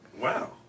Wow